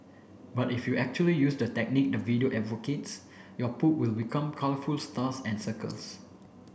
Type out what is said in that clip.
but if you actually use the technique the video advocates your poop will become colourful stars and circles